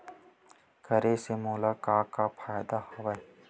करे से मोला का का फ़ायदा हवय?